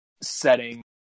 setting